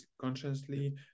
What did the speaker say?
consciously